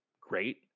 great